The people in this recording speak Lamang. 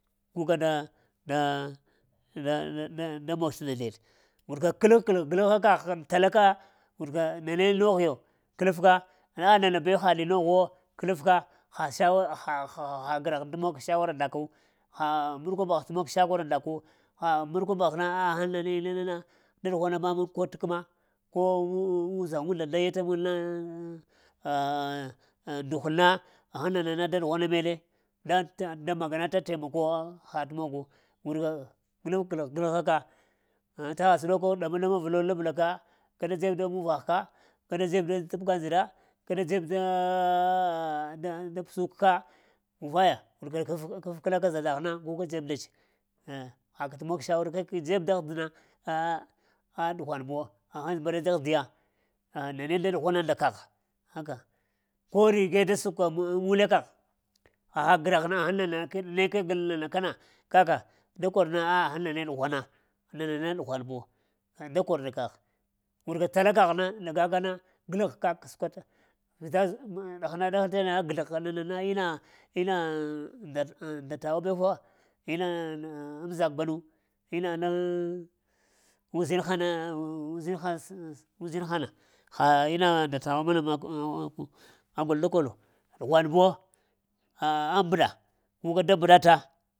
Gu ka da-da-da-da-da mag sləna ndeɗe, warka kələgh-kələgh kələgh ha kagh tala ka warka nane nogh yo kələf ka, ah nana be haɗi nogh, wo, kələf ka ha shawara, ha gragh mog shawara nda ka ha murkwambagh t'mog shawara nda ku ha murkwambagha na ah? Ghaŋ na ne nana ina na na da ɗughwana mamuŋ ko t'kəma na, ko uzaŋa wo nda da yata muŋ na ndughəl na? Ghaŋ nana na da ɗughwana meɗe da f’ magana ta temako haɗ t’ mogo wo wurka g'ləgh-g'ləgh-gləghaka ŋ hən ta ha saɗoko ɗama-ɗama vəle labla ka, kaɗa dzeb da muvagh ka kaɗa da dzeb da t'bəga ndzəɗa kaɗa dzeb daaa ah-ah da pəsuk ka, vaya kəf-kəf kəla ka zadagh na gu ka dzeb ndets eh, haka t'mog shawara kak dzeb dagh dəna ahh a ɗughwan buwa aha mbaɗa dagh diya a nane da ɗughwana nda kagh aka, ko rige da suk ka ŋ mulekagha, ha graha? Ghən ne kag na na kana kaka da kor na ah pghan nane ɗughwana nanana ɗughwan buwo ka da kor nda kagh warka tala kagh na laga ka na g'ləgh kak səkwata. Vita ɗagha ɗa-ɗaghal kana na g'zləgh ha na nana na ina-ina-ina nda-nda tawa bewa ina m'zak banu ina laŋ uzinha na uh-uzin ha uzinha na haa ina ndatawa bana maku a gol da kolo ɗughwan buwo ah a mbəɗa guka da mbəɗa ta,